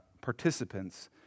participants